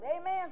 amen